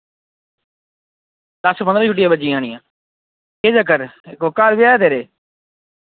दस पन्दरां छुट्टियां बज्जी जानियां केह् चक्कर कोई घर ब्याह् ऐ तेरे